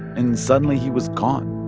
and suddenly, he was gone.